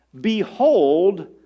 behold